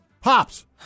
Pops